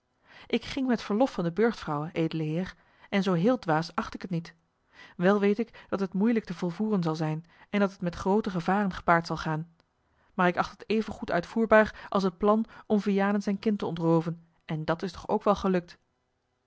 ik ging met verlof van de burchtvrouwe edele heer en zoo heel dwaas acht ik het niet wel weet ik dat het moeilijk te volvoeren zal zijn en dat het met groote gevaren gepaard zal gaan maar ik acht het evengoed uitvoerbaar als het opzet om vianen zijn kind te ontrooven en dat is toch ook wel gelukt